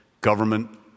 government